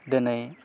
दिनै